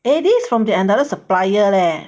eh this is is from the another supplier leh